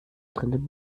drinnen